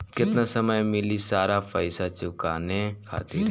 केतना समय मिली सारा पेईसा चुकाने खातिर?